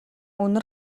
үнэр